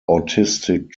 autistic